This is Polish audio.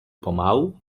pomału